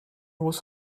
was